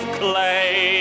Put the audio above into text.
clay